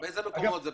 מקומות?